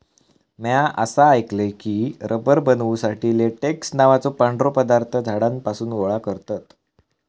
म्या असा ऐकलय की, रबर बनवुसाठी लेटेक्स नावाचो पांढरो पदार्थ झाडांपासून गोळा करतत